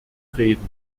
reden